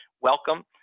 welcome